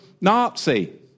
Nazi